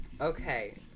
Okay